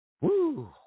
Woo